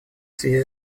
связи